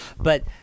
but-